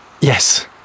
Yes